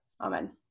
Amen